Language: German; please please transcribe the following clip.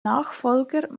nachfolger